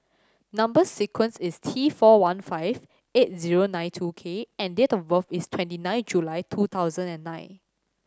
number sequence is T four one five eight zero nine two K and date of birth is twenty nine July two thousand and nine